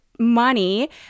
money